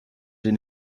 den